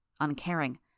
uncaring